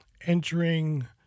entering